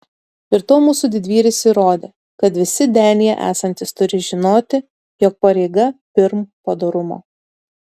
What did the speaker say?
ir tuo mūsų didvyris įrodė kad visi denyje esantys turi žinoti jog pareiga pirm padorumo